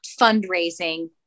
fundraising